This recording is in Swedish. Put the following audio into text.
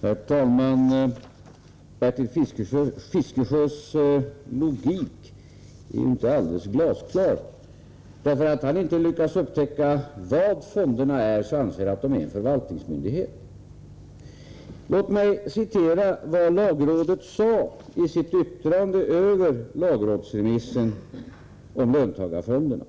Herr talman! Bertil Fiskesjös logik är inte alldeles glasklar. Därför att han inte lyckats upptäcka vad fonderna är så anser han att de är förvaltningsmyndigheter. Låt mig återge vad lagrådet sade i sitt yttrande över lagrådsremissen om löntagarfonderna.